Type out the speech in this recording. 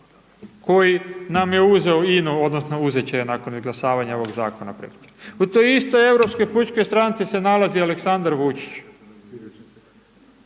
koji nam je uzeo INA-u odnosno uzet će je nakon izglasavanja ovog zakona. U toj istoj Europskoj pučkoj stranci se nalazi Aleksandar Vujčić.